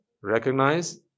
recognize